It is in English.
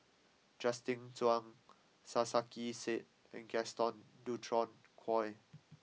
Justin Zhuang Sarkasi Said and Gaston Dutronquoy